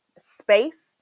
space